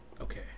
Okay